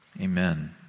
Amen